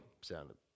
Sounded